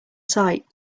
sight